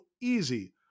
easy